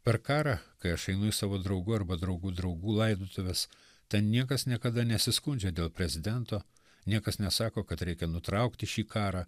per karą kai aš einu į savo draugų arba draugų draugų laidotuves ten niekas niekada nesiskundžia dėl prezidento niekas nesako kad reikia nutraukti šį karą